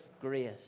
grace